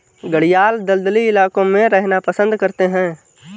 घड़ियाल दलदली इलाकों में रहना पसंद करते हैं